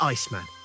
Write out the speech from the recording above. Iceman